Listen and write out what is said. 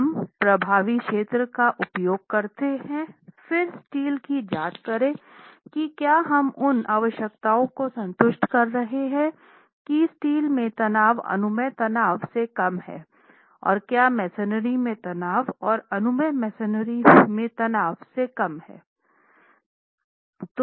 हम प्रभावी क्षेत्र का उपयोग करते हैं फिर स्टील की जांच करें कि क्या हम उन आवश्यकताओं को संतुष्ट कर रहे हैं की स्टील में तनाव अनुमेय तनाव से कम है और क्या मेसनरी में तनाव अनुमेय मेसनरी में तनाव से कम है